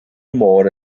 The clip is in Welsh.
môr